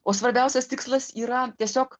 o svarbiausias tikslas yra tiesiog